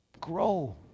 grow